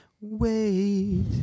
wait